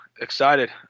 excited